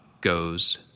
goes